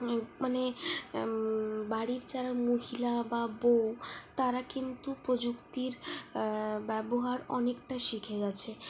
মানে বাড়ির যারা মহিলা বা বৌ তারা কিন্তু প্রযুক্তির ব্যবহার অনেকটা শিখে গেছে